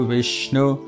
Vishnu